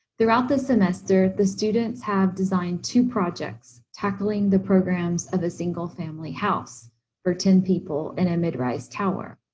throughout this semester, the students have designed two projects tackling the programs of a single family house for ten people in a mid-rise tower.